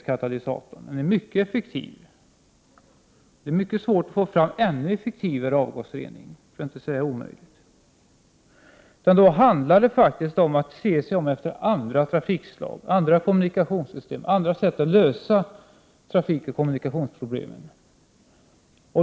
Katalysatorn är mycket effektiv. Det är svårt att få fram ännu effektivare avgasrening, för att inte säga omöjligt. Då handlar det om att se sig om efter andra trafikslag, andra kommunikationssystem och andra sätt att lösa trafikoch kommunikationsproblem.